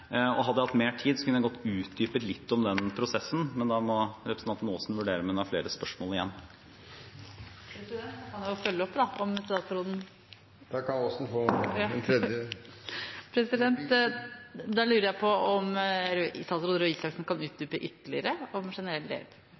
Ludvigsen-utvalget. Hadde jeg hatt mer tid, kunne jeg godt utdypet litt om den prosessen, men da må representanten Aasen vurdere om hun har flere spørsmål igjen. Da lurer jeg på om statsråd Røe Isaksen kan utdype ytterligere om generell del.